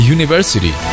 University